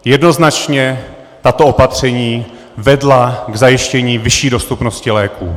Jednoznačně tato opatření vedla k zajištění vyšší dostupnosti léků.